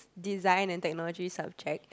design and technology subject